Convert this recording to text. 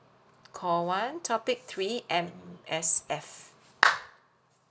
call one topic three M_S_F